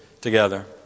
together